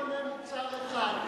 אני ארחיב.